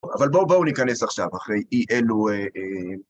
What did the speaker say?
אבל בואו ניכנס עכשיו אחרי אי אלו...